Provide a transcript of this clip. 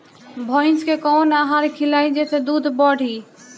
भइस के कवन आहार खिलाई जेसे दूध बढ़ी?